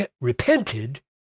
repented